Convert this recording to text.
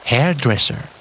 Hairdresser